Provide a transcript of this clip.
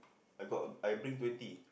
I got a I bring twenty